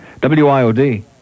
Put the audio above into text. WIOD